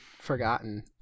forgotten